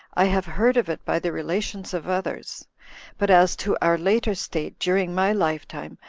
i have heard of it by the relations of others but as to our later state, during my lifetime,